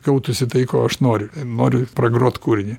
gautųsi tai ko aš noriu noriu pagrot kūrinį